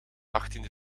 achttiende